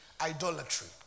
idolatry